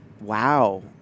Wow